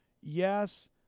Yes